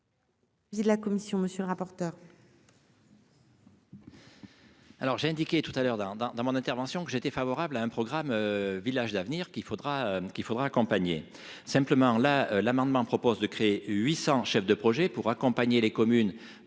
la commission, monsieur le rapporteur.